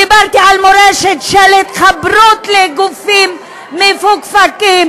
דיברתי על מורשת של התחברות לגופים מפוקפקים,